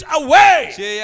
away